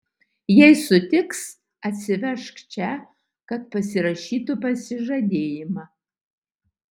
jei sutiks atsivežk čia kad pasirašytų pasižadėjimą